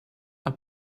are